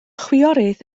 chwiorydd